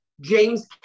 James